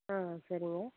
ஆ சரிங்க